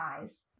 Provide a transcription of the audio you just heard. eyes